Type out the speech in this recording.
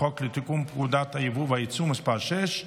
חוק לתיקון פקודת היבוא והיצוא (מס' 6),